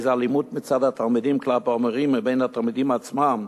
איזה אלימות מצד התלמידים כלפי המורים ובין התלמידים עצמם,